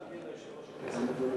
ותעביר ליושב-ראש הכנסת.